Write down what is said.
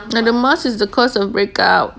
but the mask is the cause of breakouts